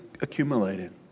accumulated